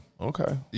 Okay